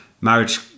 Marriage